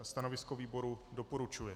Stanovisko výboru doporučuje.